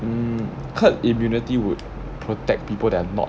mm herd immunity would protect people that are not